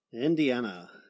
Indiana